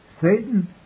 Satan